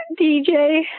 DJ